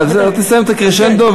תסיים את הקרשנדו,